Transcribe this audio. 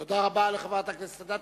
תודה רבה לחברת הכנסת אדטו.